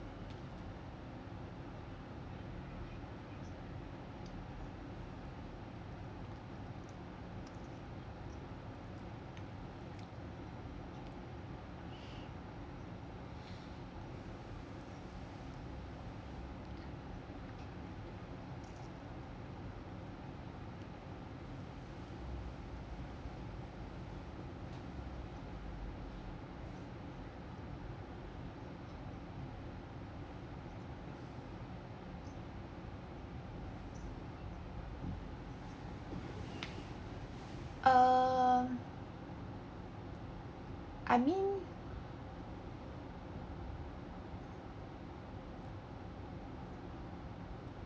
uh I mean